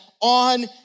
on